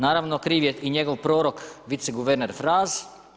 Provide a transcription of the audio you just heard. Naravno kriv je i njegov prorok viceguverner Fraz.